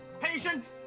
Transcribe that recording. Patient